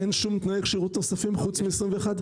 אין שום תנאי כשירות נוספים חוץ מגיל 21?